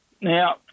Now